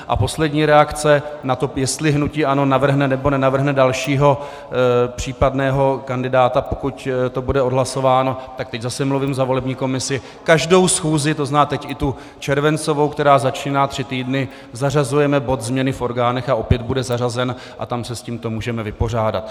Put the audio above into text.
A poslední reakce na to, jestli hnutí ANO navrhne, nebo nenavrhne dalšího případného kandidáta, pokud to bude odhlasováno, teď zase mluvím za volební komisi, každou schůzi, to znamená teď i tu červencovou, která začíná za tři týdny, zařazujeme bod změny v orgánech, opět bude zařazen a tam se s tím můžeme vypořádat.